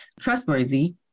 trustworthy